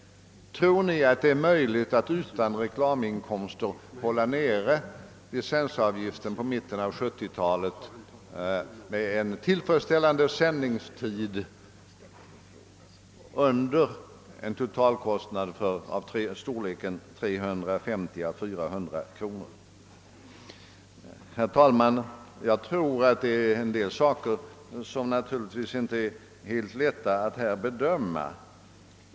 Tror ni att det är möjligt att utan reklaminkomster hålla nere licensavgiften vid mitten av 1970-talet — med en tillfredsställande sändningstid — under en totalkostnad av storleken 350— 400 kronor? Herr talman! En del saker här är naturligtvis inte lätta att bedöma.